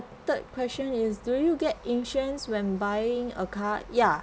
third question is do you get insurance when buying a car ya